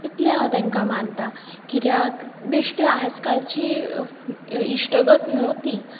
इतलें हांव तांकां मानता कित्याक बेश्टे आज कालची इश्टागत न्हू ती